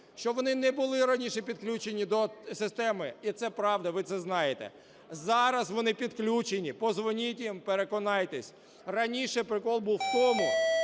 що вони не були раніше підключені до системи. І це правда. Ви це знаєте. Зараз вони підключені. Подзвоніть їм, переконайтесь. Раніше прикол був в тому,